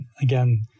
again